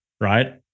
right